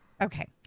Okay